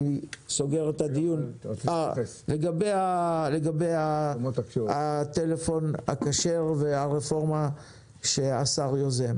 לגבי הטלפון הכשר והרפורמה שהשר יוזם